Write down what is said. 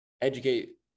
educate